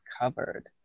covered